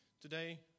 today